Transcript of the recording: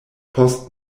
post